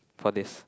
for this